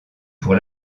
pour